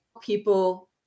people